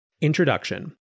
Introduction